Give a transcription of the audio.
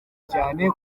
cyane